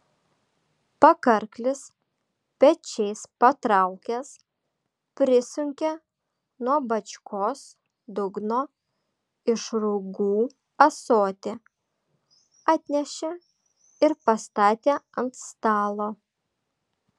pakarklis pečiais patraukęs prisunkė nuo bačkos dugno išrūgų ąsotį atnešė ir pastatė ant stalo